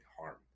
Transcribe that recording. harm